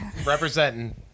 Representing